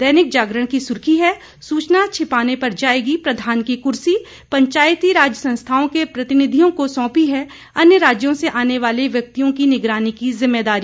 दैनिक जागरण की सुर्खी है सूचना छिपाने पर जाएगी प्रधान की कुर्सी पंचायती राज संस्थाओं के प्रतिनिधियों को सौंपी है अन्य राज्यों से आने वाले व्यक्तियों की निगरानी की जिम्मेदारी